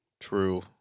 True